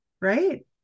right